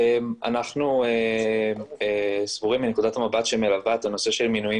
אנחנו סבורים מנקודת המבט שמלווה את הנושא של מינויים